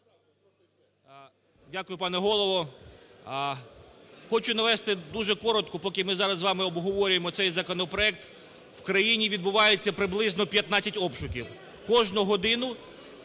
Дякую, пане Голово. Хочу навести дуже коротко. Поки ми зараз з вами обговорюємо цей законопроект, в країні відбувається приблизно 15 обшуків. Кожну годину,